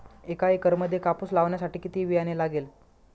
एका एकरामध्ये कापूस लावण्यासाठी किती बियाणे लागेल?